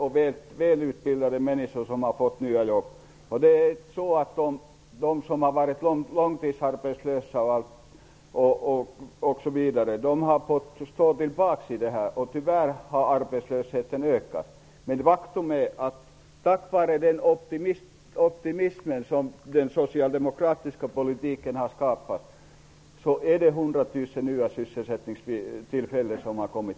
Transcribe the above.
Det är välutbildade människor som har fått nya jobb medan de som har varit långtidsarbetslösa har fått stå tillbaka. Tyvärr har arbetslösheten ökat. Men faktum är att tack vare den optimism som den socialdemokratiska politiken har skapat har det tillkommit